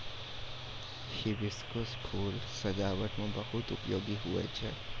hibiscus फूल सजाबट मे बहुत उपयोगी हुवै छै